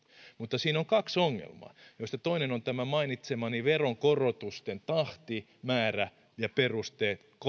mutta siinä on kaksi ongelmaa joista toinen on tämä mainitsemani veronkorotusten tahti määrä perusteet